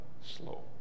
slow